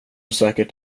säkert